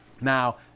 now